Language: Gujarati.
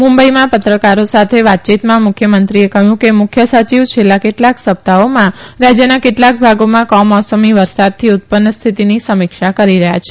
મુંબઇમાં પત્રકારો સાથે વાતયીતમાં મુખ્યમંત્રીએ કહ્યું કે મુખ્ય સચિવ છેલ્લા કેટલાક સપ્તાહોમાં રાજ્યના કેટલાક ભાગોમાં કમોસમી વરસાદથી ઉત્પન્ન સ્થિતિની સમીક્ષા કરી રહયાં છે